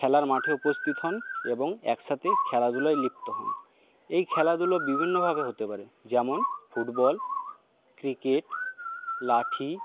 খেলার মাঠে উপস্থিত হন এবং একসাথে খেলাধুলোয় লিপ্ত হন এই খেলাধুলো বিভিন্নভাবে হতে পারে যেমন ফুটবল ক্রিকেট লাঠি